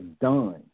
done